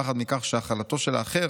פחד מכך שהכלתו של האחר